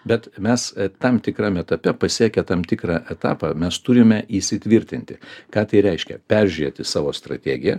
bet mes tam tikram etape pasiekę tam tikrą etapą mes turime įsitvirtinti ką tai reiškia peržiūrėti savo strategiją